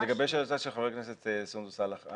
לגבי שאלתה של חברת הכנסת סונדוס סאלח,